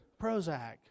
Prozac